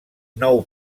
nou